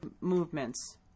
movements